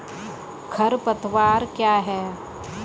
खरपतवार क्या है?